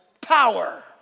power